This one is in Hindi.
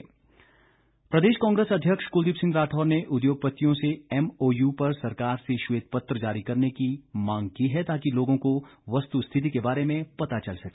कुलदीप राठौर प्रदेश कांग्रेस अध्यक्ष क्लदीप सिंह राठौर ने उद्योगपतियों से एमओयू पर सरकार से श्वेत पत्र जारी करने की मांग की है ताकि लोगों को वस्तुस्थिति के बारे में पता चल सके